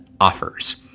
offers